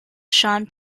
sean